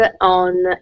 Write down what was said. on